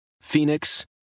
Phoenix